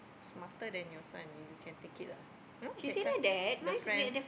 smarter than your son you can take it ah you know that kind the friends